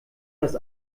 das